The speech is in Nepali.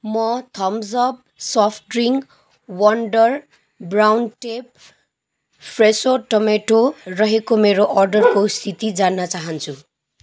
म Thums Up soft drink wonder brown tape Fresho tomato रहेको मेरो अर्डरको स्थिति जान्न चाहन्छु